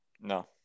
No